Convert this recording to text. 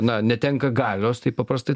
na netenka galios taip paprastai